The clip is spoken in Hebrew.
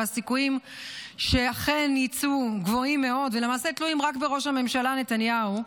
הסיכויים שאכן יצא גבוהים מאוד ולמעשה תלויים רק בראש הממשלה נתניהו,